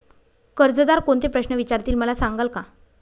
कर्जदार कोणते प्रश्न विचारतील, मला सांगाल का?